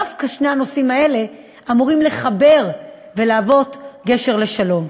דווקא שני הנושאים האלה אמורים לחבר ולהוות גשר לשלום,